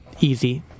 easy